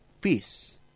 peace